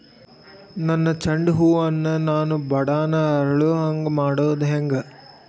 ನನ್ನ ಚಂಡ ಹೂ ಅನ್ನ ನಾನು ಬಡಾನ್ ಅರಳು ಹಾಂಗ ಮಾಡೋದು ಹ್ಯಾಂಗ್?